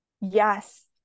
Yes